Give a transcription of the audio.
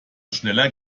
schneller